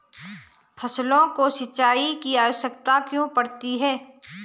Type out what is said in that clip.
फसलों को सिंचाई की आवश्यकता क्यों पड़ती है?